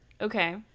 okay